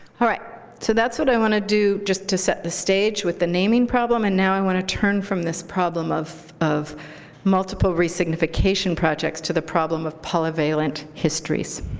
all right. so that's what i want to do just to set the stage with the naming problem. and now i want to turn from this problem of of multiple resignification projects to the problem of polyvalent histories.